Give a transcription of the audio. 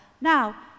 Now